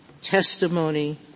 testimony